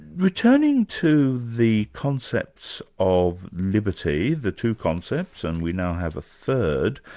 returning to the concepts of liberty, the two concepts, and we now have a third,